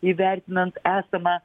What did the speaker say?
įvertinant esamą